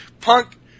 Punk